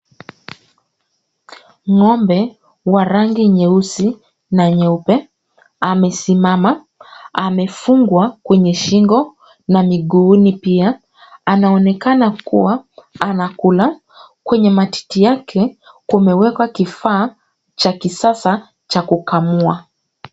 Ng'ombe wa rangi nyeusi na nyeupe amesimama, amefungwa kwenye shingo na miguuni pia, anaonekana kuwa anakula. Kwenye matiti yake kumewekwa kifaa cha kisasa cha kukamua.